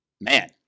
Man